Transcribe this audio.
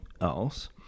else